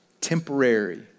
temporary